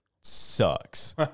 sucks